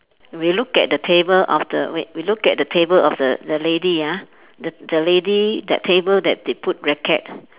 we look at the table of the wait we look at the table of the the lady ah the the lady that table that they put racket